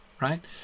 right